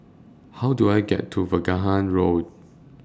How Do I get to Vaughan Road